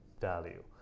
value